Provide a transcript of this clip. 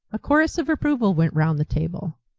a chorus of approval went round the table.